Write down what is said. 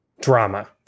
drama